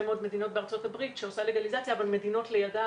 מדינות בארצות הברית שעושה לגליזציה אבל במדינות שסביבה